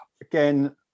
again